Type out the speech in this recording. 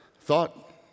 thought